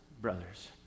brothers